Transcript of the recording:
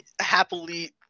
happily